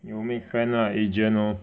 有 make friend lah agent lor